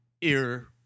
Ear